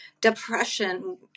Depression